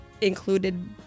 included